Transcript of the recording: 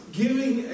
giving